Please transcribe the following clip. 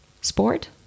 sport